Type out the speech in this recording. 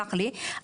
תסלח לי,